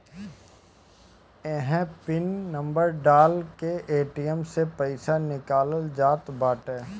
इहे pin number डाल के ए.टी.एम से पईसा निकालल जात बाटे